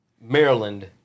Maryland